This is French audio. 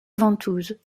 ventouses